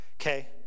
okay